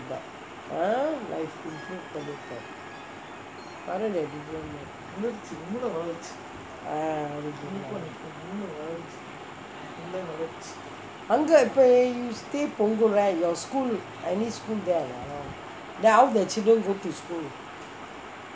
ah அங்கே இப்பே:anggae ippae you stay punggol right your school any school there ah the how the children go to school